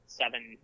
seven